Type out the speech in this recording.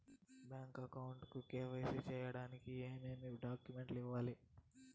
Bank account కు KYC సేయడానికి ఏమేమి డాక్యుమెంట్ ఇవ్వాలి?